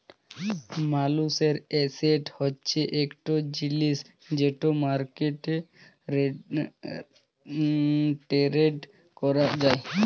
মালুসের এসেট হছে ইকট জিলিস যেট মার্কেটে টেরেড ক্যরা যায়